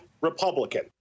Republican